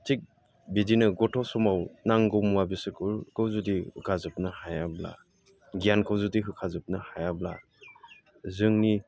थिख बिदिनो गथ' समाव नांगौ मुवा बेसादखौ जुदि होखाजोबनो हायाब्ला गियानखौ जुदि होखाजोबनो हायाब्ला जोंनि